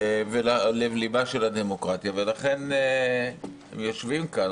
ולכן הם יושבים כאן,